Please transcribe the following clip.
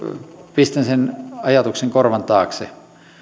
pistän sen ajatuksen korvan taakse